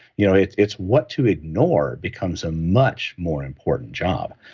you know it's it's what to ignore becomes a much more important job.